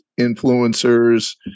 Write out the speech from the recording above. influencers